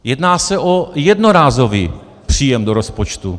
Jedná se o jednorázový příjem do rozpočtu.